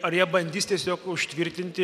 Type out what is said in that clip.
ar jie bandys tiesiog užtvirtinti